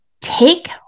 take